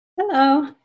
Hello